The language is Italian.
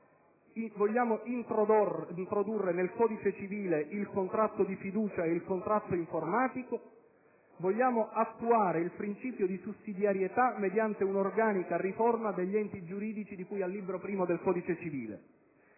vogliamo introdurre nel codice civile il contratto di fiducia e il contratto informatico; intendiamo attuare il principio di sussidiarietà mediante un'organica riforma degli enti giuridici di cui al libro I del codice civile.